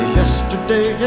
yesterday